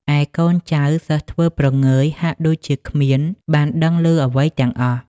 ឯកូនចៅ សិស្សធ្វើព្រងើយហាក់ដូចគ្មានបានដឹងឮអ្វីទាំងអស់។